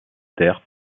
terre